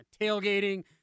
tailgating